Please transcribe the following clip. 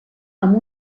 amb